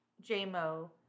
J-Mo